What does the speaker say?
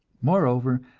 moreover,